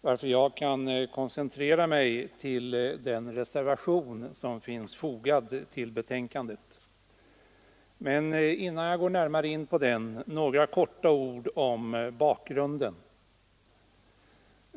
varför jag kan koncentrera mig till den reservation som finns fogad vid betänkandet. Men innan jag går närmare in på den några få ord om bakgrunden.